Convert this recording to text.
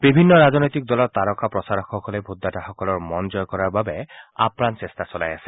বিভিন্ন ৰাজনৈতিক দলৰ তাৰকা প্ৰচাৰকসকলে ভোটাৰসকলৰ মন জয় কৰাৰ বাবে আপ্ৰাণ চেষ্টা চলাই আছে